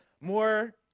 more